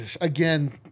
again